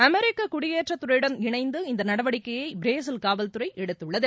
அமெரிக்க குடியேற்ற துறையுடன் இணைந்து இந்த நடவடிக்கையை பிரேசில் காவல்துறை எடுத்துள்ளது